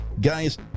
Guys